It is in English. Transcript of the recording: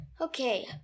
Okay